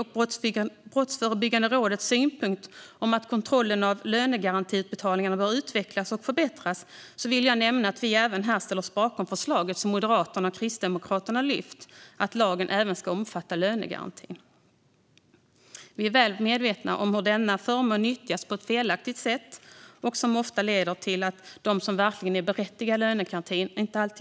När det gäller Brottsförebyggande rådets synpunkt att kontrollen av lönegarantiutbetalningarna bör utvecklas och förbättras vill jag nämna att vi ställer oss bakom förslaget som Moderaterna och Kristdemokraterna lyft fram, att lagen även ska omfatta lönegarantin. Vi är väl medvetna om hur denna förmån nyttjas på ett felaktigt sätt och att det ofta leder till att de som verkligen är berättigade till lönegarantin inte får den.